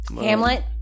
Hamlet